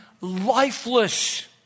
lifeless